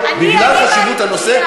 בגלל חשיבות הנושא,